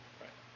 right